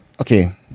okay